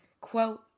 quote